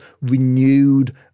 renewed